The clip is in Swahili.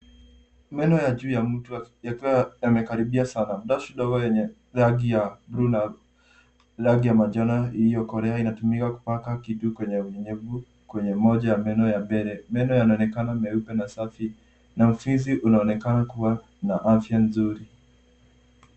Meno ya juu ya mtu ya- yakiwa yamekaribia sana. Brashi ndogo lenye rangi ya bluu na rangi ya manjano iliyokolea inatumiwa kupaka kitu kwenye unyenyevu kwa eneo moja ya meno ya mbele. Meno yanaonekana meupe na safi. na ufizi unaonekana kuwa na afya nzuri.